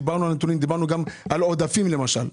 דיברנו על נתונים ודיברנו גם על עודפים, למשל.